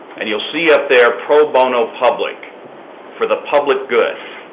and you will see up there pro bono public for the public good.